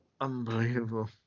Unbelievable